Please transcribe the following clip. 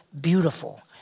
beautiful